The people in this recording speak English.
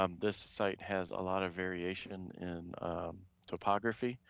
um this site has a lot of variation in topography.